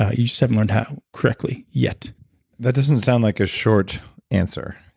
ah you just haven't learned how correctly yet that doesn't sound like a short answer.